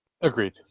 Agreed